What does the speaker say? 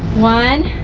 one,